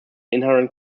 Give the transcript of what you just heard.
inherent